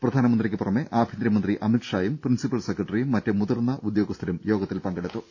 പ്രധാനമന്ത്രിക്ക് പുറമെ ആഭ്യന്തരമന്ത്രി അമിത്ഷായും പ്രിൻസിപ്പൽ സെക്രട്ടറിയും മറ്റ് മുതിർന്ന ഉദ്യോഗസ്ഥരും യോഗത്തിൽ പങ്കെടുത്തു